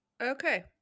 Okay